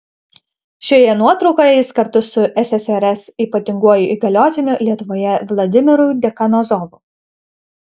šioje nuotraukoje jis kartu su ssrs ypatinguoju įgaliotiniu lietuvoje vladimiru dekanozovu